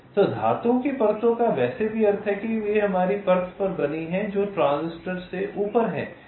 तो धातु की परतों का वैसे भी अर्थ है कि वे हमारी परत पर बनी हैं जो ट्रांजिस्टर से ऊपर हैं